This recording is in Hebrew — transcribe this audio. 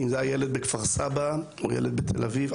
אם זה היה ילד בכפר סבא או ילד בתל אביב,